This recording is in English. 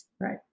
Right